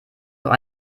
noch